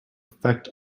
effect